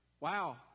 Wow